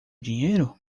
dinheiro